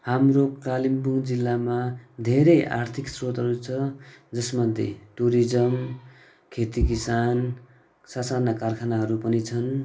हाम्रो कालिम्पोङ जिल्लामा धेरै आर्थिक स्रोतहरू छ जसमध्ये टुरिजम खेतीकिसान ससाना कारखानाहरू पनि छन्